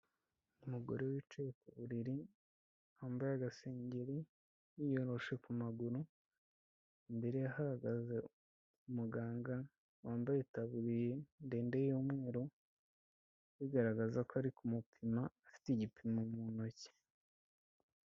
Umugore wicaye ku buriri, wambaye agasengeri, yiyoroshe ku maguru, imbere ye hahagaze umuganga wambaye itaburiye ndende y'umweru, bigaragaza ko ari kumutimama afite igipimo mu ntoki.